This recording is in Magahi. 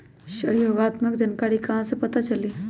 सहयोगात्मक जानकारी कहा से पता चली?